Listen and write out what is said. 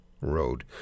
road